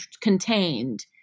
contained